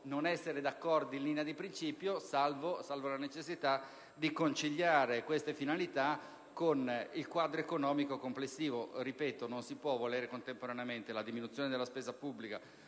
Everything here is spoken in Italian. non essere d'accordo, in linea di principio, salva la necessità di conciliare tali finalità con il quadro economico complessivo. Ripeto: non si può volere contemporaneamente la diminuzione della spesa pubblica,